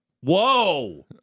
Whoa